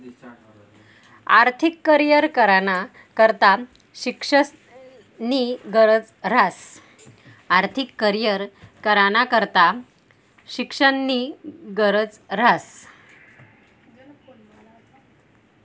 आर्थिक करीयर कराना करता शिक्षणनी गरज ह्रास